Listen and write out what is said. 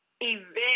event